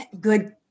good